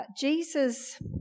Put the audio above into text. Jesus